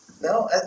No